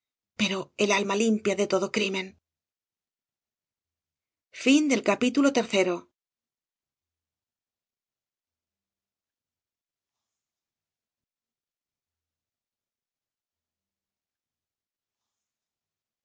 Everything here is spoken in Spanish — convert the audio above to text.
pero el alma limpia de todo crimen